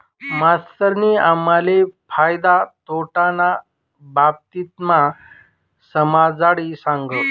मास्तरनी आम्हले फायदा तोटाना बाबतमा समजाडी सांगं